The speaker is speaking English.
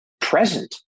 present